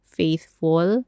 faithful